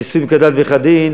נישואים כדת וכדין,